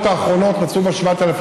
בתקופה שבה קברניטים